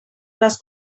les